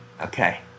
Okay